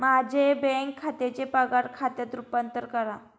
माझे बँक खात्याचे पगार खात्यात रूपांतर करा